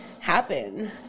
happen